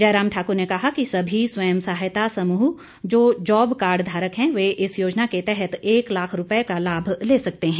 जयराम ठाकुर ने कहा कि सभी स्वय सहायता समूह जो जॉब कार्ड धारक हैं वे इस योजना के तहत एक लाख रूपये का लाभ ले सकते हैं